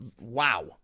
wow